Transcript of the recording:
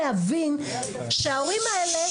להבין שההורים האלה,